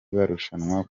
barushanwa